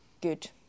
good